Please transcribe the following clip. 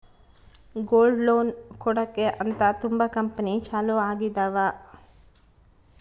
gold loan ಕೊಡಕ್ಕೆ ಅಂತ ತುಂಬಾ ಕಂಪೆನಿ ಚಾಲೂ ಆಗಿದಾವ